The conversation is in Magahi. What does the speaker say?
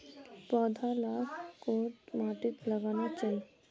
पौधा लाक कोद माटित लगाना चही?